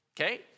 okay